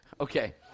okay